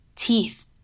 Teeth